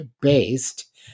based